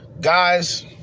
Guys